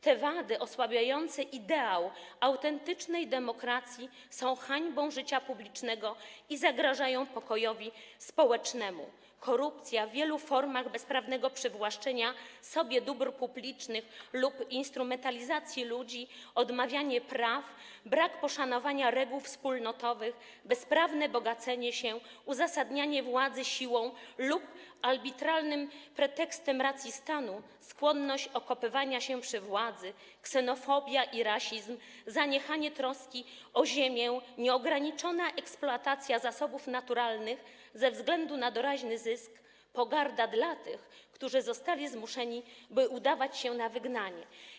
Te wady osłabiające ideał autentycznej demokracji są hańbą życia publicznego i zagrażają pokojowi społecznemu: korupcja w wielu formach bezprawnego przywłaszczenia sobie dóbr publicznych, instrumentalizacja ludzi, odmawianie praw, brak poszanowania reguł wspólnotowych, bezprawne bogacenie się, uzasadnianie władzy siłą lub arbitralnym pretekstem racji stanu, skłonność okopywania się przy władzy, ksenofobia i rasizm, zaniechanie troski o ziemię, nieograniczona eksploatacja zasobów naturalnych ze względu na doraźny zysk, pogarda dla tych, którzy zostali zmuszeni, by udać się na wygnanie.